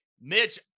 Mitch